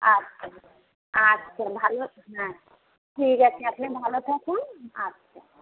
আচ্ছা আচ্ছা ভালো হ্যাঁ ঠিক আছে আপনি ভালো থাকুন আচ্ছা